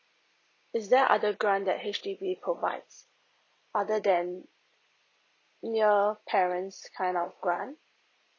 is there other grant that H_D_B provides other than near parents kind of grant